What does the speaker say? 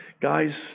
Guys